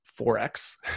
4x